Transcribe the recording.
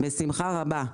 בשמחה רבה.